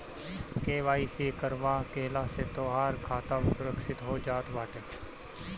KYC करवा लेहला से तोहार खाता सुरक्षित हो जात बाटे